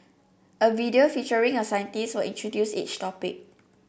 a video featuring a scientist will introduce each topic